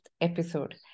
episode